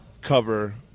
cover